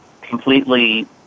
completely